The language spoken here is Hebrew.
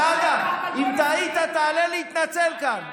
סעדה, אם טעית תעלה להתנצל כאן.